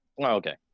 okay